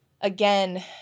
again